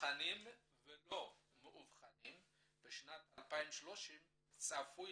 מאובחנים ולא מאובחנים בשנת 2030 צפוי